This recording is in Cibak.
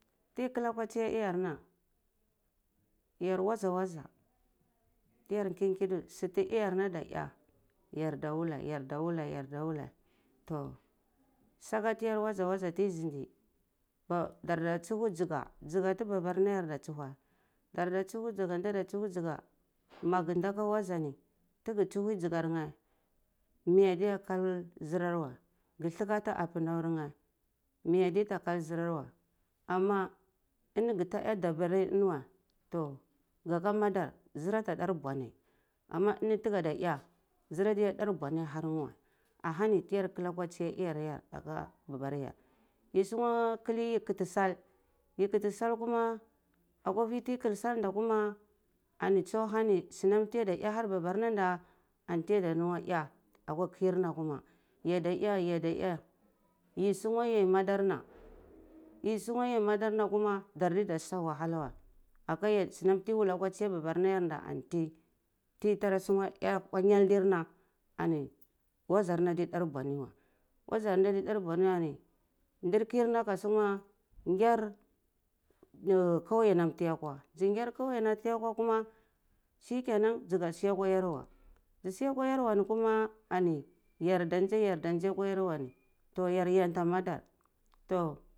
Ti kala akwa tsiyar iyarna yar waza waza ta yar kin kidu sutah iyar na ada eh yar da wuleh yar deh wulah toh saka tiyarda waza waza ti zindi ba darda tsuhwe dziga dziga ta babarna yar ada tsuhwe darda tsuhwe dziga ndada tsuhwe dziga maga da aka wazani tage tsuhwe dzigarneh meh adiya kal zir rar weh ga thakati apanauna meh adiya ta kar zir ara weh kuma ini magata eh dabari ni weh toh ga ka madar zir atah dar mbwanai amma lai tageda eh zir adiya dar bwanai ahar neh weh ahani ti yar kala ahar iyar yar aka babar yar yi tsunwe kali yi kati sal yi kati sal kuma akwa vi tiyi kal sal nda kuma ani tsu ahani sunam tiyada yhe avi a har babarna da antiya da luhun ye ayi vi are harna yada eh yada eh yi sunwa ye madarna koma dar deyada sa wahala weh apeh yeh sunam tiye wula hahar babarna yarnda antiyi tiyitarsuka eh akwa nyeldi nar ni wazar na di dar mbawani wai wazarna di dar bwani weh ndar kirna ka suwa nyar kawyeh nam tiya kwa nzi ngar kawyeh nam tiya kwa kuma shikenan dzi ka siya kwa yarwa dzi si akwa yarwa ni kuma ani yarda nzai yar da nzai akwa to yarwa ni yaryanta matar.